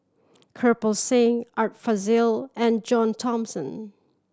Kirpal Singh Art Fazil and John Thomson